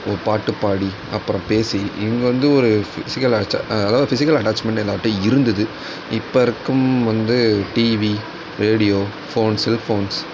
பாட்டுப்பாடி அப்புறம் பேசி இவங்க வந்து ஒரு பிஸிக்கல் அதாவது பிஸிக்கல் அட்டாச்மெண்ட் எல்லார்கிட்டயும் இருந்தது இப்போ இருக்கும் வந்து டிவி ரேடியோ ஃபோன் செல்போன்ஸ்